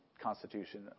Constitution